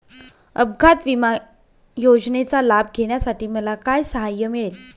अपघात विमा योजनेचा लाभ घेण्यासाठी मला काय सहाय्य मिळेल?